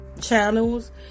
channels